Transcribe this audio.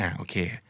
okay